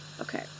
Okay